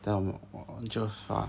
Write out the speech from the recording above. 等下我们就